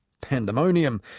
Pandemonium